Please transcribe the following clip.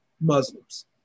Muslims